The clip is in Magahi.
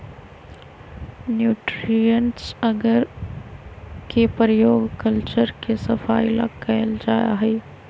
न्यूट्रिएंट्स अगर के प्रयोग कल्चर के सफाई ला कइल जाहई